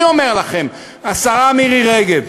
אני אומר לכם, השרה מירי רגב,